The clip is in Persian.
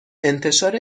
انتشار